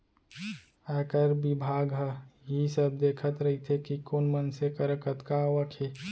आयकर बिभाग ह इही सब देखत रइथे कि कोन मनसे करा कतका आवक हे